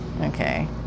Okay